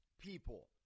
people